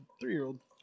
three-year-old